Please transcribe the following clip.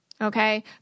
okay